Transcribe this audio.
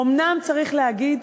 אומנם, צריך להגיד,